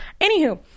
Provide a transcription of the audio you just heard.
Anywho